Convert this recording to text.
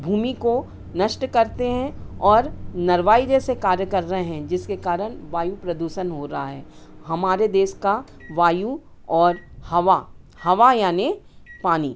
भूमि को नष्ट करते हैं और नरवाई जैसे कार्य कर रहे हैं जिसके कारण वायु प्रदूषण हो रहा है हमारे देश का वायु और हवा हवा यानी पानी